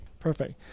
perfect